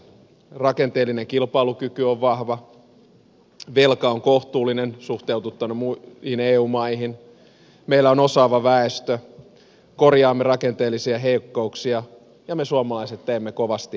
rakenteellinen kilpailukyky on vahva velka on kohtuullinen suhteutettuna muihin eu maihin meillä on osaava väestö korjaamme rakenteellisia heikkouksia ja me suomalaiset teemme kovasti töitä